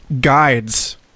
guides